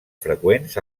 freqüents